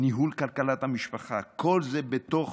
ניהול כלכלת המשפחה, כל זה בתוך